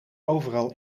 overal